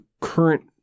current